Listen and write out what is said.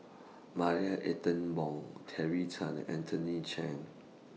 Marie Ethel Bong Terry Tan Anthony Chen